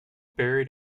buried